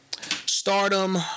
Stardom